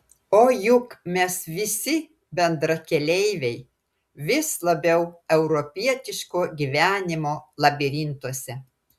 o juk mes visi bendrakeleiviai vis labiau europietiško gyvenimo labirintuose